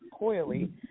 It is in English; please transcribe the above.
coily